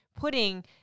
putting